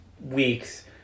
weeks